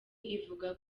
ivuga